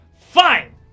fine